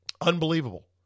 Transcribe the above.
Unbelievable